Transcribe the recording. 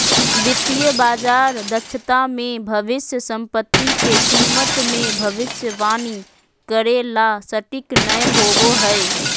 वित्तीय बाजार दक्षता मे भविष्य सम्पत्ति के कीमत मे भविष्यवाणी करे ला सटीक नय होवो हय